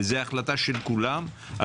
וזה ההחלטה של כולם,